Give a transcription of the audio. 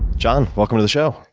jon, welcome to the show.